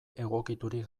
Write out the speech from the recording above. egokiturik